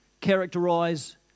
characterize